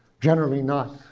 generally not.